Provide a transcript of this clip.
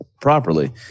properly